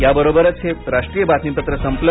याबरोबरच हे राष्ट्रीय बातमीपत्र संपलं